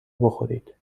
بخورید